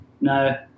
No